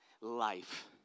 life